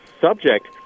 subject